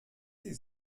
sie